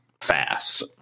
fast